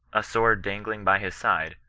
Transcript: a sword dangling by his side,